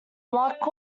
luck